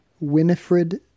Winifred